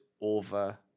over